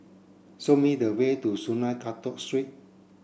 show me the way to Sungei Kadut Street